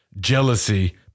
jealousy